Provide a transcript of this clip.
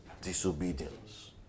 Disobedience